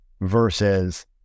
versus